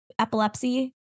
epilepsy